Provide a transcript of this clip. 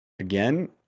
Again